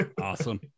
Awesome